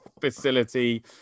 facility